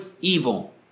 evil